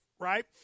right